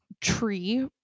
tree